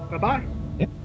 Bye-bye